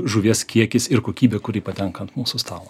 žuvies kiekis ir kokybė kuri patenka ant mūsų stalo